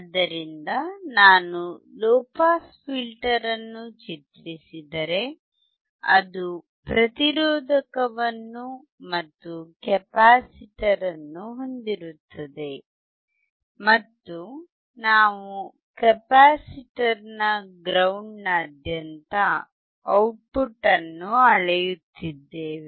ಆದ್ದರಿಂದ ನಾನು low pass filter ಅನ್ನು ಚಿತ್ರಿಸಿದರೆ ಅದು ಪ್ರತಿರೋಧಕವನ್ನು ಮತ್ತು ಕೆಪಾಸಿಟರ್ ಅನ್ನು ಹೊಂದಿರುತ್ತದೆ ಮತ್ತು ನಾವು ಕೆಪಾಸಿಟರ್ ನ ಗ್ರೌಂಡ್ ನಾದ್ಯಂತ ಔಟ್ಪುಟ್ ಅನ್ನು ಅಳೆಯುತ್ತಿದ್ದೇವೆ